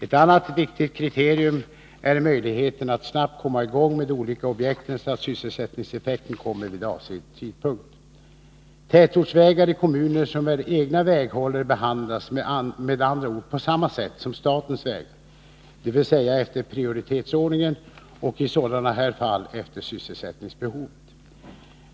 Ett annat viktigt kriterium är möjligheterna att snabbt komma i gång med de olika objekten så att sysselsättningseffekten kommer vid avsedd tidpunkt. Tätortsvägar i kommuner som är egna väghållare behandlas med andra ord på samma sätt som statens vägar, dvs. efter prioritetsordningen och —i sådana här fall — efter sysselsättningsbehovet.